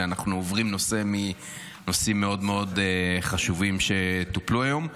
כשאנחנו עוברים נושא מנושאים מאוד מאוד חשובים שטופלו היום.